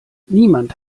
niemand